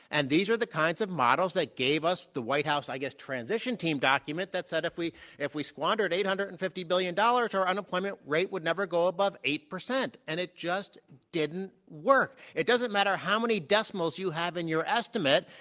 and these are the kinds of models that gave us the white house, i guess, transition team document that said if we if we squandered eight hundred and fifty billion dollars, our unemployment rate would never go above eight percent, and it just didn't work. it doesn't matter how many decimals you have in your estimate.